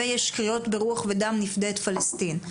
ויש קריאות ברוח ודם נפדה את פלשתין,